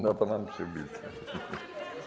No to mam przyłbicę.